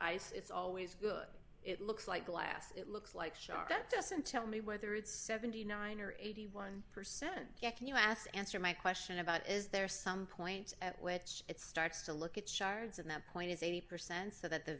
eyes it's always good it looks like glass it looks like sharp that doesn't tell me whether it's seventy nine or eighty one percent can you ask answer my question about is there some point at which it starts to look at shards and that point is eighty percent so that the